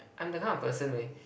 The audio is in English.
I'm that kind of person where